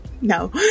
no